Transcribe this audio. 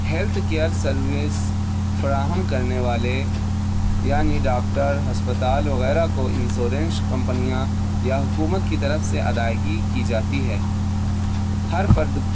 health care service فراہم کرنے والے یعنی ڈاکٹر ہسپتال وغیرہ کو انشورنس کمپنیاں یا حکومت کی طرف سے ادائیگی کی جاتی ہے ہر فرد